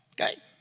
okay